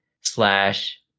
slash